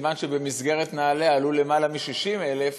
סימן שבמסגרת נעל"ה עלו למעלה מ-60,000,